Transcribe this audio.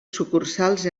sucursals